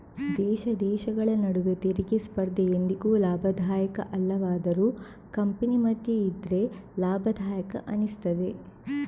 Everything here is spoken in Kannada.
ದೇಶ ದೇಶಗಳ ನಡುವೆ ತೆರಿಗೆ ಸ್ಪರ್ಧೆ ಎಂದಿಗೂ ಲಾಭದಾಯಕ ಅಲ್ಲವಾದರೂ ಕಂಪನಿ ಮಧ್ಯ ಇದ್ರೆ ಲಾಭದಾಯಕ ಅನಿಸ್ತದೆ